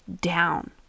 down